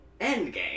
Endgame